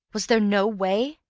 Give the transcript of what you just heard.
was there no way?